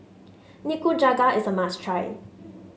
Nikujaga is a must try